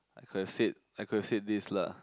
could have said I could have said this lah